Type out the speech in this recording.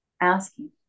asking